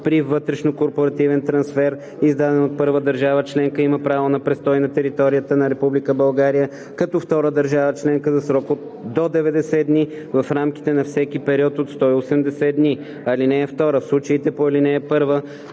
при вътрешнокорпоративен трансфер, издадено от първа държава членка, има право на престой на територията на Република България като втора държава членка за срок до 90 дни в рамките на всеки период от 180 дни. (2) В случаите по ал. 1